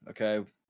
okay